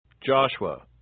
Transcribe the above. Joshua